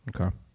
Okay